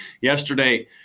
yesterday